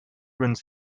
runs